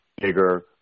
Bigger